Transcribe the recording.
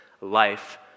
life